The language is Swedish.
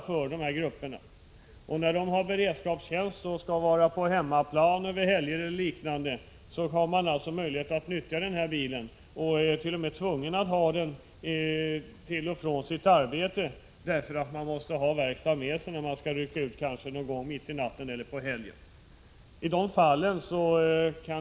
När dessa människor skall ha beredskapstjänst och vara på hemmaplan under t.ex. helger har de möjlighet att nyttja bilen, och de är t.o.m. tvungna att ha den till och från arbetet därför att de måste ha ”verkstaden” med sig om de skulle behöva rycka ut under helgen eller mitt i natten.